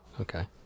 Okay